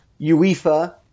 UEFA